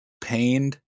pained